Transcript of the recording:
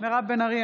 מירב בן ארי,